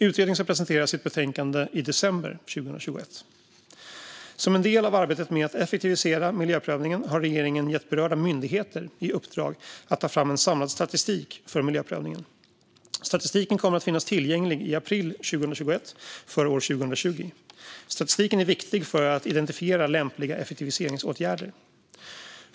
Utredningen ska presentera sitt betänkande i december 2021. Som en del av arbetet med att effektivisera miljöprövningen har regeringen gett berörda myndigheter i uppdrag att ta fram en samlad statistik för miljöprövningen. Statistiken kommer att finnas tillgänglig i april 2021 för år 2020. Statistiken är viktig för att identifiera lämpliga effektiviseringsåtgärder.